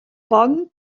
pont